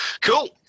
Cool